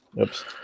oops